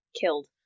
killed